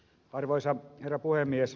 arvoisa herra puhemies